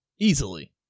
easily